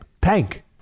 Tank